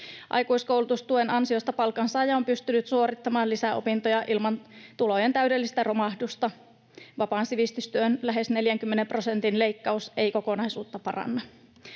Aikuiskoulutustuen ansiosta palkansaaja on pystynyt suorittamaan lisää opintoja ilman tulojen täydellistä romahdusta. Vapaan sivistystyön lähes 40 prosentin leikkaus ei kokonaisuutta paranna.